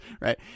right